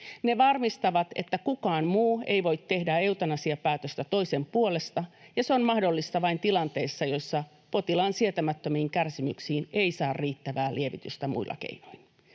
Ne varmistavat, että kukaan muu ei voi tehdä eutanasiapäätöstä toisen puolesta ja se on mahdollista vain tilanteissa, joissa potilaan sietämättömiin kärsimyksiin ei saa riittävää lievitystä muilla keinoin.